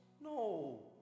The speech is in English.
No